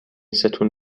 ستون